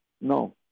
No